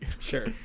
Sure